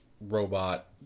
robot